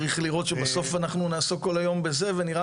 צריך לראות שבסוף אנחנו נעסוק כל היום בזה ונראה